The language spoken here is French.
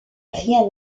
rien